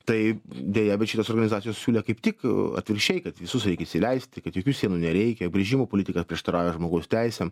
tai deja bet šitos organizacijos siūlė kaip tik a atvirkščiai kad visus reik įsileisti kad jokių sienų nereikia grįžimo politika prieštarauja žmogaus teisėm